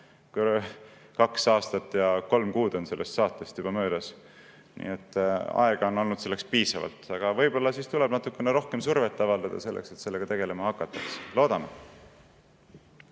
Kaks aastat ja kolm kuud on sellest saatest juba möödas, nii et aega on olnud piisavalt. Aga võib-olla siis tuleb natukene rohkem survet avaldada selleks, et sellega tegelema hakataks. Loodame.